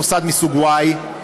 מוסד מסוג y,